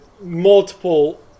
multiple